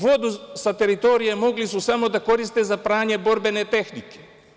Vodu sa teritorije mogli su samo da koriste za pranje borbene tehnike.